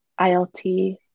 ILT